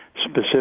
specific